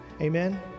Amen